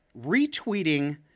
retweeting